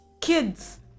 Kids